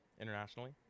internationally